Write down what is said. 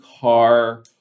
car